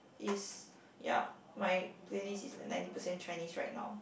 is ya my playlist is like ninety percent Chinese right now